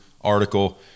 article